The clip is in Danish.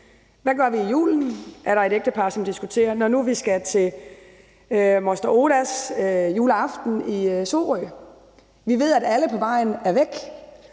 Hvad gør vi i julen, er der et ægtepar, som diskuterer, når nu vi skal til moster Odas juleaften i Sorø? Vi ved, at alle på vejen er væk,